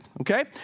Okay